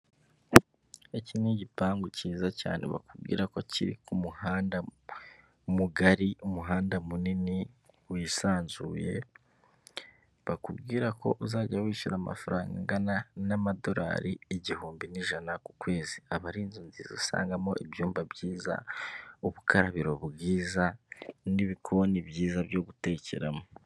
Iki nigipangu cyiza cyane bakubwira ko kiri kumuhanda mugari, umuhanda munini wisanzuye, bakubwira ko uzajya wishyura amafaranga angana namadorari igihumbi n'ijana ku kwezi. Aba ari inzu nziza usangamo ibyumba byiza, ubukarabiro bwiza nibikoni byiza byo gutekeramo.